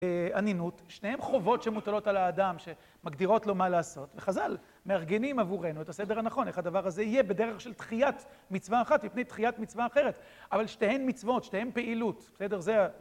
שניהם חובות שמוטלות על האדם, שמגדירות לו מה לעשות, וחזל, מארגנים עבורנו את הסדר הנכון, איך הדבר הזה יהיה, בדרך של דחיית מצווה אחת ופני דחיית מצווה אחרת, אבל שתיהן מצוות, שתיהן פעילות.